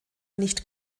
nicht